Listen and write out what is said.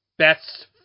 best